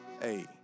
Hey